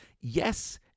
Yes